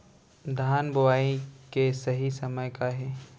धान बोआई के सही समय का हे?